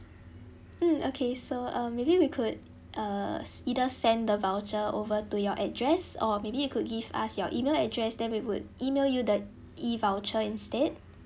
mm okay so um maybe we could uh either send the voucher over to your address or maybe you could give us your email address then we would email you the E voucher instead